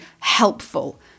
helpful